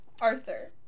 Arthur